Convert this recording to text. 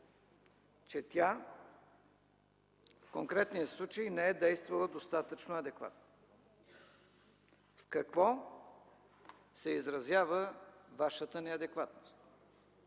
че тя в конкретния случай не е действала достатъчно адекватно? В какво се изразява Вашата неадекватност?